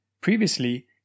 Previously